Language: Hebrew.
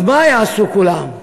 אז מה יעשו כולם?